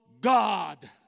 God